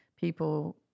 people